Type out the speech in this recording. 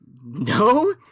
No